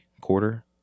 quarter